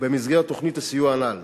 במסגרת תוכנית הסיוע הנ"ל.